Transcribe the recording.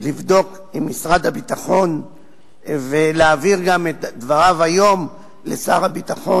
לבדוק עם משרד הביטחון ולהעביר את דבריו היום לשר הביטחון,